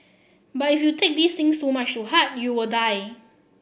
but if you take these things too much to heart you will die